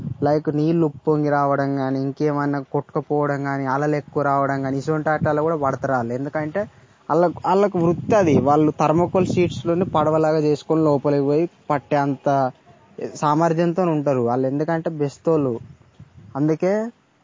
like నీళ్ళు ఉప్పొంగి రావడం కానీ ఇంకేమన్నా కొట్టుకుపోవడం కానీ అలలు ఎక్కువ రావడం కానీ ఇటువంటి వాటిలో కూడా పడతారు ఎందుకంటే వాళ్ళక్ వాళ్ళకు వృత్తి అది వాళ్ళు ధర్మకోల్ షీట్లను పడవలాగా చేసుకొని లోపలకి పోయి పట్టే అంత సామర్థ్యంతో ఉంటారు వాళ్ళు ఎందుకంటే బెస్తోళ్ళు అందుకే